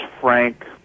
frank